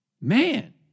man